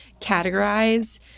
categorize